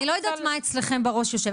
אני לא יודעת מה אצלכם בראש יושב,